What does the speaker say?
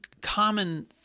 common